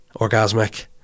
orgasmic